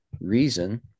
reason